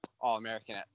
All-American